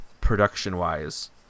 production-wise